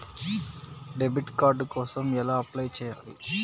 Debit card కోసం ఎలా apply చేయాలి?